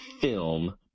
film